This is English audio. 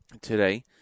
today